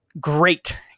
great